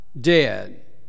dead